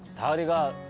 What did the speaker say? here you go.